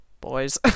boys